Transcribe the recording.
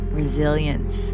resilience